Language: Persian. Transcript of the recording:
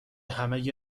همه